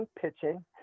pitching